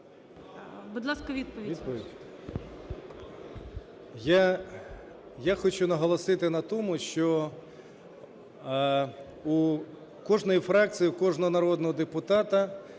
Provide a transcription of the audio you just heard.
Я хочу наголосити на тому, що у кожної фракції, у кожного народного депутата